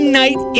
night